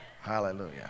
Hallelujah